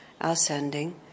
ascending